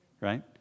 right